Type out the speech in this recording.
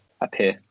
appear